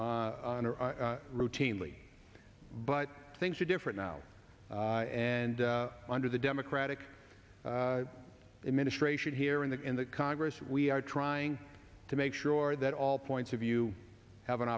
out routinely but things are different now and under the democratic administration here in the in the congress we are trying to make sure that all points of view have an